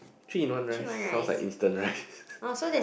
three in one rice sounds like instant rice